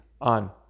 on